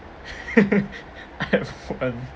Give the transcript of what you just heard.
I have one